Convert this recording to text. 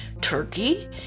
Turkey